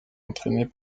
entraînés